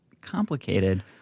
complicated